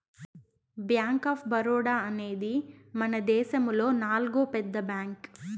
bank of Baroda అనేది మనదేశములో నాల్గో పెద్ద బ్యాంక్